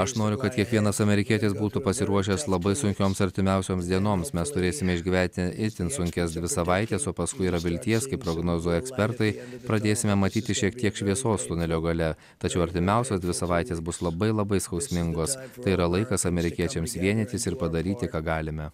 aš noriu kad kiekvienas amerikietis būtų pasiruošęs labai sunkioms artimiausioms dienoms mes turėsime išgyventi itin sunkias dvi savaites o paskui yra vilties kaip prognozuoja ekspertai pradėsime matyti šiek tiek šviesos tunelio gale tačiau artimiausios dvi savaitės bus labai labai skausmingos tai yra laikas amerikiečiams vienytis ir padaryti ką galime